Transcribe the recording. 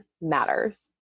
matters